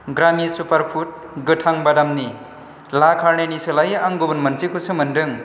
ग्रामि superfood गोथां बादामनि ला कारनेनि सोलायै आं गुबुन मोनसेखौसो मोन्दों